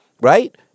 right